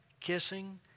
Kissing